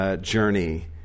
journey